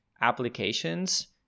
applications